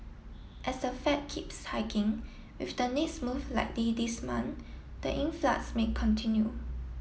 as the Fed keeps hiking with the next move likely this month the influx may continue